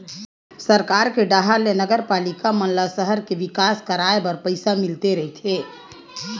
सरकार के डाहर ले नगरपालिका मन ल सहर के बिकास कराय बर पइसा मिलते रहिथे